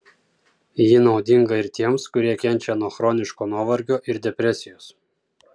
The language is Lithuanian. ji naudinga ir tiems kurie kenčia nuo chroniško nuovargio ir depresijos